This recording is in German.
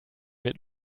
mit